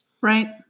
Right